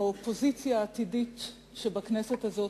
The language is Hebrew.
האופוזיציה העתידית שבכנסת הזאת,